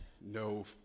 No